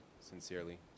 Sincerely